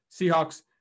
Seahawks